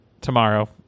tomorrow